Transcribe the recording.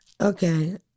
Okay